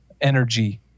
energy